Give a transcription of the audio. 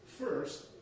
First